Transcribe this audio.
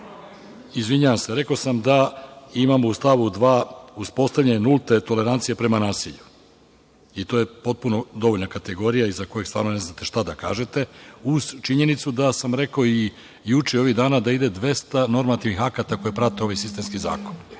ništa.)Izvinjavam se, rekao sam da imamo u stavu 2. uspostavljanje nulte tolerancije prema nasilju. To je potpuno dovoljna kategorija, iza koje stvarno ne znate šta da kažete, uz činjenicu da sam rekao i juče i ovih dana da ide 200 normativnih akata koji prate ovaj sistemski zakon.